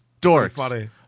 dorks